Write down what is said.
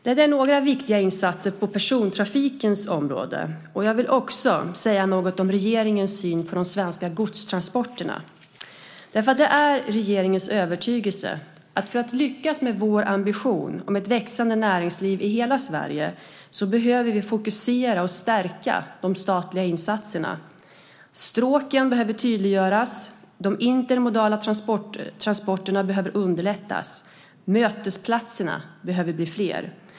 Detta är några viktiga insatser på persontrafikens område. Jag vill också säga något om regeringens syn på de svenska godstransporterna. Det är regeringens övertygelse att vi för att lyckas med vår ambition om ett växande näringsliv i hela Sverige behöver fokusera och stärka de statliga insatserna. Stråken behöver tydliggöras. De intermodala transporterna behöver underlättas. Mötesplatserna behöver bli fler.